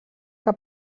que